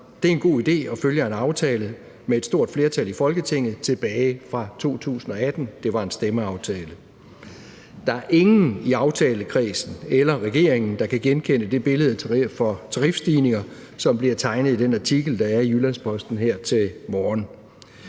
Det er en god idé, og det følger af en aftale fra 2018, der havde et stort flertal i Folketinget – det var en stemmeaftale. Der er ingen i aftalekredsen eller i regeringen, der kan genkende det billede af tarifstigninger, som bliver tegnet i den artikel, der er i Jyllands-Posten her til morgen.